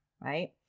right